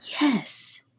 Yes